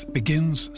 begins